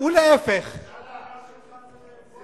זאת הדאגה שלך, ?